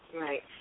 Right